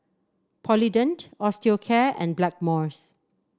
Polident Osteocare and Blackmores